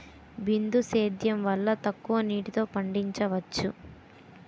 బిందు సేద్యం వల్ల తక్కువ నీటితో పండించవచ్చు